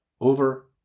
over